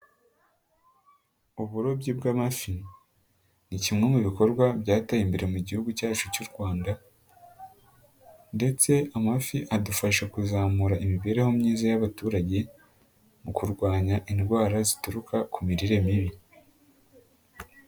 Uburobyi bw'amafi ni kimwe mu bikorwa byateye imbere mu gihugu cyacu cy'u rwanda, ndetse amafi adufasha kuzamura imibereho myiza y'abaturage, mu kurwanya indwara zituruka ku mirire mibi.